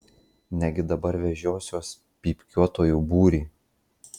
negi dabar vežiosiuos pypkiuotojų būrį